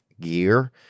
gear